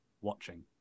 watching